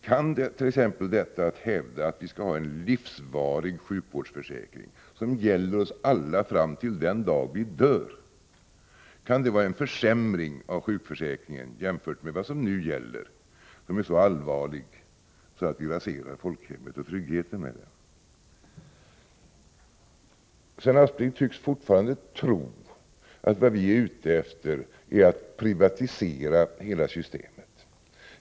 Kan t.ex. detta att hävda att vi skall ha en livsvarig sjukvårdsförsäkring, som gäller oss alla fram till den dag vi dör, vara en försämring av sjukförsäkringen jämfört med vad som nu gäller som är så allvarlig att vi därmed raserar folkhemmet och tryggheten? Sven Aspling tycks fortfarande tro att vi är ute efter att privatisera hela systemet.